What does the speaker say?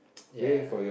ya